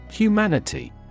Humanity